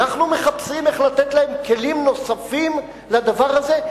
אנחנו מחפשים איך לתת להם כלים נוספים לדבר הזה,